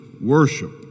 worship